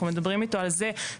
אנחנו מדברים איתו על זה,